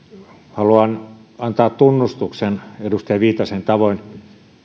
haluan antaa tunnustuksen edustaja viitasen tavoin